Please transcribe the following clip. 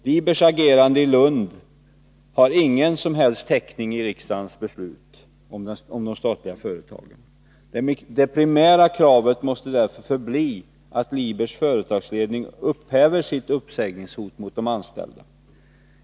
Libers agerande i Lund har ingen som helst täckning i riksdagens beslut om de statliga företagen. Det primära kravet måste därför förbli att Libers företagsledning upphäver sitt uppsägningshot mot de anställda.